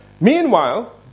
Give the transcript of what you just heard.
Meanwhile